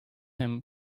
him